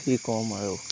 কি ক'ম আৰু